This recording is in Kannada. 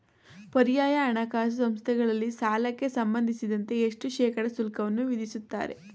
ಪರ್ಯಾಯ ಹಣಕಾಸು ಸಂಸ್ಥೆಗಳಲ್ಲಿ ಸಾಲಕ್ಕೆ ಸಂಬಂಧಿಸಿದಂತೆ ಎಷ್ಟು ಶೇಕಡಾ ಶುಲ್ಕವನ್ನು ವಿಧಿಸುತ್ತಾರೆ?